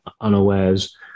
unawares